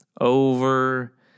Over